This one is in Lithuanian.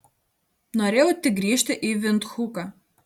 norėjau tik grįžti į vindhuką